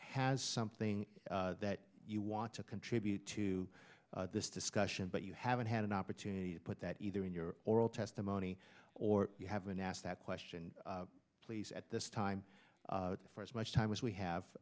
has something that you want to contribute to this discussion but you haven't had an opportunity to put that either in your oral testimony or you haven't asked that question please at this time for as much time as we have